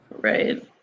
right